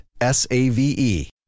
S-A-V-E